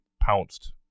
pounced